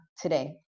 today